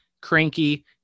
cranky